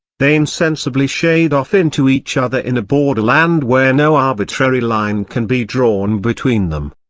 they insensibly shade off into each other in a border-land where no arbitrary line can be drawn between them.